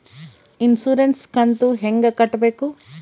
Insurance ಕಂತು ಹೆಂಗ ಕಟ್ಟಬೇಕು?